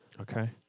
Okay